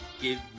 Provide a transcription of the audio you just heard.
Give